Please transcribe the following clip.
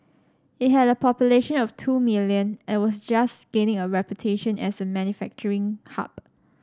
it had a population of two million and was just gaining a reputation as a manufacturing hub